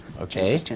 Okay